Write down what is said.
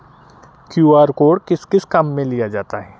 QR code किस किस काम में लिया जाता है?